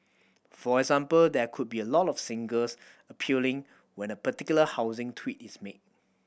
for example there could be a lot of singles appealing when a particular housing tweak is made